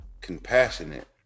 compassionate